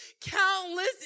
countless